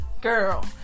girl